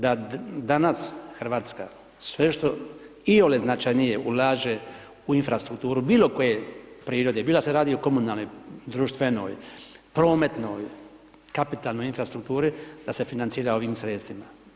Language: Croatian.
Da danas Hrvatska sve što iole značajnije ulaže u infrastrukturu bilo koje prirode, bilo da se radi o komunalnoj, društvenoj, prometnoj, kapitalnoj infrastrukturi da se financira ovim sredstvima.